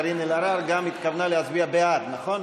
אייכלר ומאיר כהן לסגנים ליושב-ראש הכנסת נתקבלה.